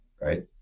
right